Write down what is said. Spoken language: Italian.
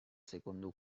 secondo